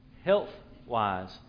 health-wise